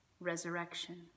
resurrection